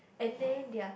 and then their